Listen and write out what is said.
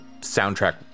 soundtrack